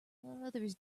others